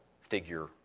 figure